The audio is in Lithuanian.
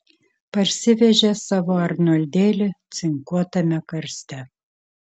parsivežė savo arnoldėlį cinkuotame karste